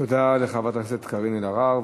תודה לחברת הכנסת קארין אלהרר.